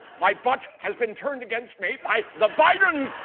my butt has been turned against me by the bidens!